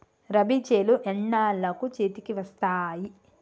రబీ చేలు ఎన్నాళ్ళకు చేతికి వస్తాయి?